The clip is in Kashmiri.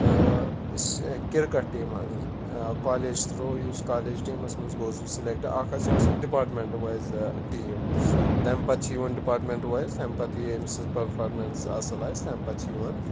تہٕ اِس کِرکَٹ ٹیٖم منٛز کالیج تھرٛوٗ یُس کالیج ٹیٖمَس منٛز گوس بہٕ سِلٮ۪کٹ اَکھ حظ چھِ آسان ڈِپاٹمٮ۪نٛٹ وایِز ٹیٖم تَمہِ پَتہٕ چھِ یِوان ڈِپاٹمٮ۪نٛٹ وایِز تَمہِ پَتہٕ یہِ أمۍ سٕنٛز پٔرفارمٮ۪نٕس اَصٕل آسہِ تَمہِ پَتہٕ چھِ یِوان